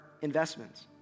investments